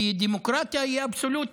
כי דמוקרטיה היא אבסולוטית,